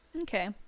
Okay